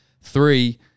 Three